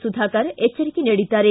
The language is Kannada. ಸುಧಾಕರ್ ಎಚ್ಡರಿಕೆ ನೀಡಿದ್ದಾರೆ